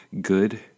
good